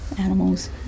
animals